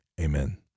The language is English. Amen